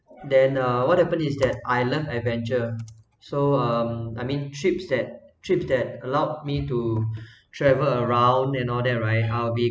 then uh what happen is that I love adventure so um I mean trips that trips that allow me to travel around and all that right I'll be